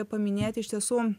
paminėti iš tiesų